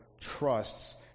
trusts